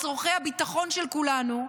את צורכי הביטחון של כולנו,